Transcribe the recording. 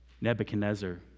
Nebuchadnezzar